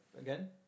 again